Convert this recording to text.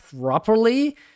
properly